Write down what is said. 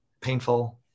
painful